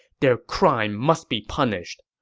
their crime must be punished!